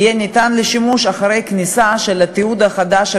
והוא יהיה ניתן לשימוש אחרי הכניסה של התיעוד החדש,